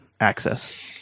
access